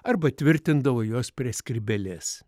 arba tvirtindavo juos prie skrybėlės